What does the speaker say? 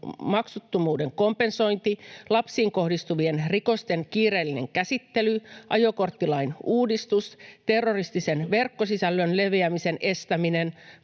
maksuttomuuden kompensointi, lapsiin kohdistuvien rikosten kiireellinen käsittely, ajokorttilain uudistus, terroristisen verkkosisällön leviämisen estäminen,